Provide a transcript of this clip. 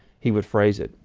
he would phrase it.